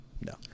No